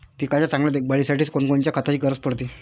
पिकाच्या चांगल्या देखभालीसाठी कोनकोनच्या खताची गरज पडते?